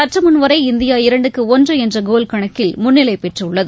சற்றுமுன் வரை இந்தியா இரண்டுக்கு ஒன்று என்ற கோல் கணக்கில் முன்னிலை பெற்றுள்ளது